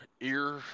ear